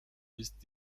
ist